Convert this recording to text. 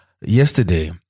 yesterday